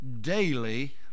daily